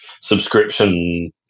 subscription